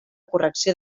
correcció